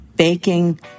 baking